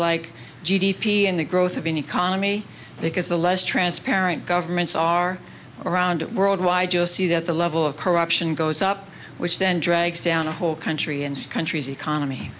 like g d p and the growth of an economy because the less transparent governments are around worldwide you'll see that the level of corruption goes up which then drags down the whole country and the country's economy